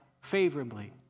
favorably